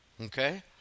Okay